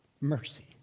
mercy